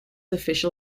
official